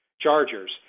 Chargers